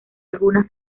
algunas